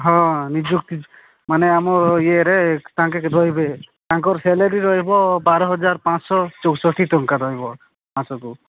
ହଁ ନିଯୁକ୍ତି ମାନେ ଆମ ଇଏରେ ତାଙ୍କେ ରହିବେ ତାଙ୍କର ସେଲେରୀ ରହିବ ବାର ହଜାର ପାଞ୍ଚ ଶହ ଚଉଷଠି ଟଙ୍କା ରହିବ ମାସକୁ